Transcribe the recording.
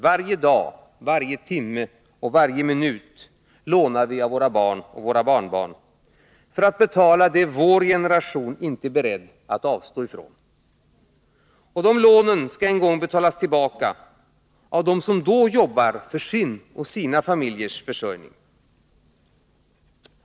Varje dag, varje timme och varje minut lånar vi av våra barn och våra barnbarn för att betala det som vår generation inte är beredd att avstå från. Och dessa lån skall en gång betalas tillbaka av dem som då jobbar för sin och sina familjers försörjning.